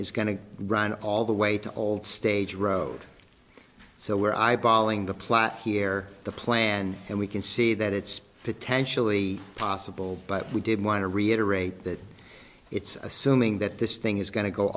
is going to run all the way to old stage road so we're eyeballing the plot here the plan and we can see that it's potentially possible but we did want to reiterate that it's assuming that this thing is going to go